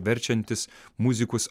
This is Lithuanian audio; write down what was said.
verčiantis muzikus